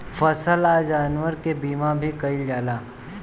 फसल आ जानवर के बीमा भी कईल जाला